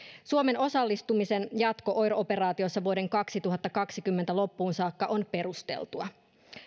suomen osallistumisen jatko oir operaatiossa vuoden kaksituhattakaksikymmentä loppuun saakka on perusteltua